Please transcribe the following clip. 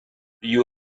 you